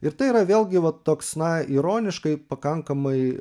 ir tai yra vėlgi va toks na ironiškai pakankamai